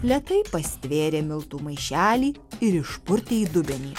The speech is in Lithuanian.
lėtai pastvėrė miltų maišelį ir išpurtė į dubenį